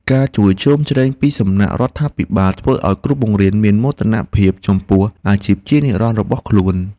ការជួយជ្រោមជ្រែងពីសំណាក់រដ្ឋាភិបាលធ្វើឱ្យគ្រូបង្រៀនមានមោទនភាពចំពោះអាជីពជានិរន្តរ៍របស់ខ្លួន។